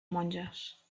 monges